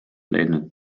leidnud